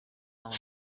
omen